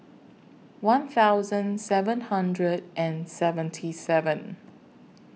one thousand seven hundred and seventy seven